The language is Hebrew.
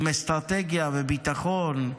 עם אסטרטגיה וביטחון,